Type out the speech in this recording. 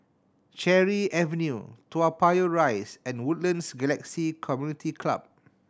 Cherry Avenue Toa Payoh Rise and Woodlands Galaxy Community Club